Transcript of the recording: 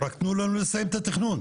רק תנו לנו לסיים את התכנון.